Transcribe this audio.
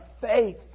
faith